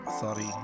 Sorry